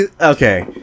okay